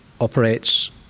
operates